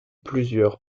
plusieurs